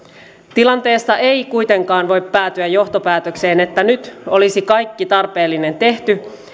tilanteesta ei kuitenkaan voi päätyä johtopäätökseen että nyt olisi kaikki tarpeellinen tehty